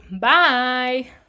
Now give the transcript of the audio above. Bye